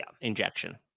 injection